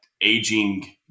aging